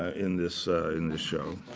ah in this in this show.